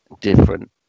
different